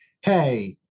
hey